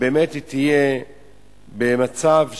ובאמת היא תהיה במצב של,